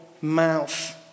mouth